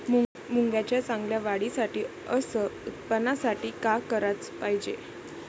मुंगाच्या चांगल्या वाढीसाठी अस उत्पन्नासाठी का कराच पायजे?